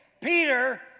Peter